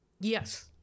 Yes